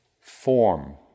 Form